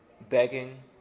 begging